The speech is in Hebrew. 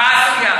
מה הסוגיה עכשיו?